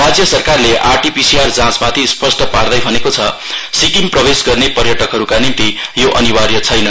राज्य सरकारले R T P C R जाँचमाथि स्पष्ट पार्दै भनेको छ सिक्किम प्रवेश गर्ने पर्यटकहरूका निम्ति यो अनिवार्य छैन